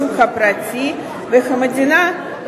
הן בשוק הדיור לשכירות והן בשוק למכירת דירות,